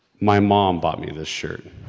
my mom bought me this shirt.